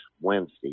Wednesday